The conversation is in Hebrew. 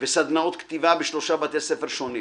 וסדנאות כתיבה בשלושה בתי ספר שונים.